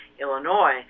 Illinois